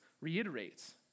reiterates